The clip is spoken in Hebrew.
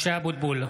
משה אבוטבול,